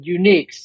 uniques